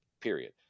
period